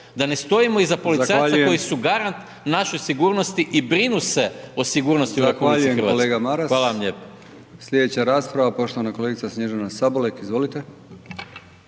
Da ne stojimo iza policajaca koji su garant u našoj sigurnosti i brinu se o sigurnosti u RH. Hvala